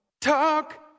Talk